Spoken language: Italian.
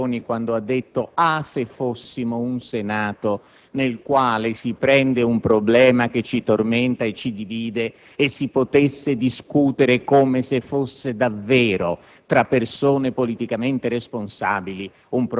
sospiro fatto in apertura di intervento dal generale Ramponi quando ha detto: ah, se fossimo un Senato nel quale si prende un problema che ci tormenta e ci divide e si potesse discuterne, come se si fosse davvero